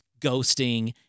ghosting